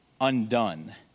undone